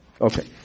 Okay